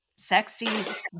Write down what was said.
sexy